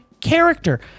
character